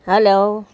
hello